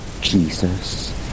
Jesus